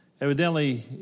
evidently